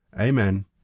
Amen